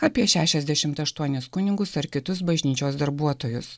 apie šešiasdešimt aštuonis kunigus ar kitus bažnyčios darbuotojus